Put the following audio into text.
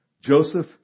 Joseph